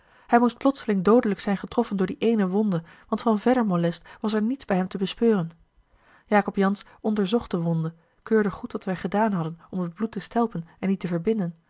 hij moest plotseling doodelijk zijn getroffen door die ééne wonde want van verder molest was er niets bij hem te bespeuren jacob jansz onderzocht de wonde keurde goed wat wij gedaan hadden om het bloed te stelpen en die te verbinden